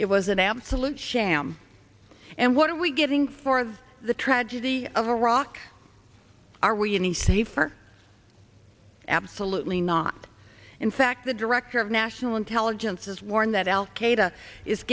it was an absolute sham and what are we getting for of the tragedy of iraq are we any safer absolutely not in fact the director of national intelligence has warned that al